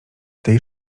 tej